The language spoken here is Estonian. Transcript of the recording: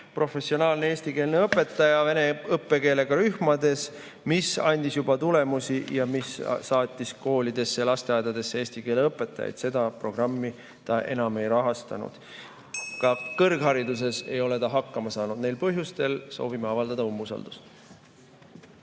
"Professionaalne eestikeelne õpetaja vene õppekeelega rühmas", mis andis juba tulemusi ning saatis koolidesse ja lasteaedadesse eesti keele õpetajaid. Seda programmi ta enam ei rahastanud. Ka kõrgharidus[valdkonnas] ei ole ta hakkama saanud. Neil põhjustel soovime avaldada umbusaldust.